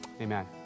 Amen